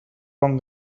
bon